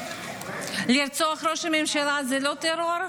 לרצוח ראש ממשלה זה לא טרור?